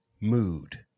mood